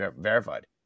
verified